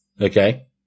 Okay